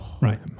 right